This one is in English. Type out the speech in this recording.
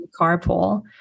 carpool